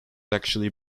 actually